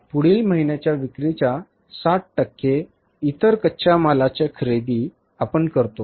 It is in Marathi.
पुढील महिन्याच्या विक्रीच्या 60 टक्के इतक्या कच्च्या मालाची खरेदी आपण करतो